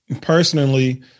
Personally